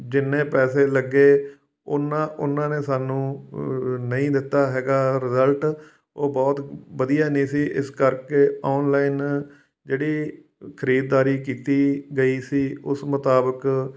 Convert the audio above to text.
ਜਿੰਨੇ ਪੈਸੇ ਲੱਗੇ ਉਨ੍ਹਾਂ ਉਹਨਾਂ ਨੇ ਸਾਨੂੰ ਨਹੀਂ ਦਿੱਤਾ ਹੈਗਾ ਰਿਜਲਟ ਉਹ ਬਹੁਤ ਵਧੀਆ ਨਹੀਂ ਸੀ ਇਸ ਕਰਕੇ ਔਨਲਾਈਨ ਜਿਹੜੀ ਖਰੀਦਦਾਰੀ ਕੀਤੀ ਗਈ ਸੀ ਉਸ ਮੁਤਾਬਕ